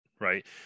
right